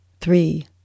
three